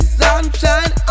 sunshine